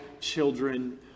children